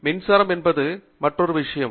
எனவே மின்சாரம் என்பது மற்றொரு விஷயம்